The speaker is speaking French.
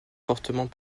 fortement